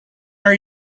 are